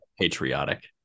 patriotic